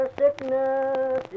sickness